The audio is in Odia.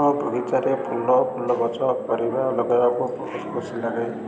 ମୋ ବଗିଚାରେ ଫୁଲ ଫୁଲ ଗଛ କରିବା ଲଗାଇବାକୁ ବହୁତ ଖୁସି ଲାଗେ